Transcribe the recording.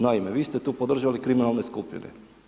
Naime, vi ste tu podržali kriminalne skupine.